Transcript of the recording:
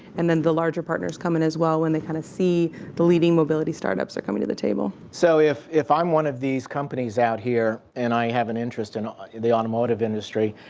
and then the larger partners come in as well when they kind of see the leading mobility start-ups are coming to the table. so if if i'm one of these companies out here and i have an interest in the automotive industry.